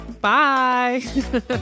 Bye